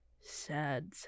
sad